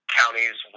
counties